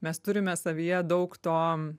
mes turime savyje daug to